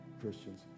Christians